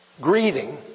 greeting